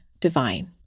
divine